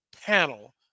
panel